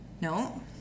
No